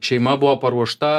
šeima buvo paruošta